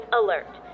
alert